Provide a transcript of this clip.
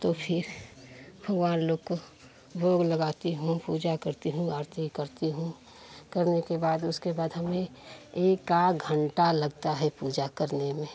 तो फ़िर भगवान लोग को भोग लगाती हूँ पूजा करती हूँ आरती करती हूँ करने के बाद उसके बाद हमें एकाध घंटा लगता है पूजा करने में